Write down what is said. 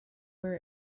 where